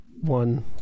One